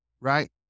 Right